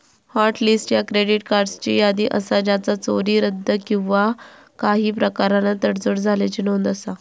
hot list ह्या credit कार्ड्सची यादी असा ज्याचा चोरी, रद्द किंवा काही प्रकारान तडजोड झाल्याची नोंद असा